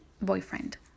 boyfriend